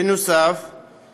נוסף על כך,